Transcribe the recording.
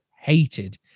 hated